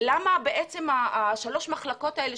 ולמה בעצם שלוש המחלקות האלה,